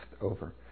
over